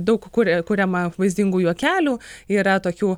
daug kuria kuriama vaizdingų juokelių yra tokių